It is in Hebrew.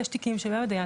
יש תיקים שבהם הדיין,